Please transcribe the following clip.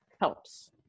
helps